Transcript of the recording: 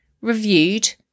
reviewed